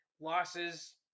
losses